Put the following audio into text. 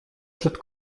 przed